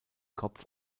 kopf